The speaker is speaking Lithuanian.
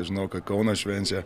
žinau ka kaunas švenčia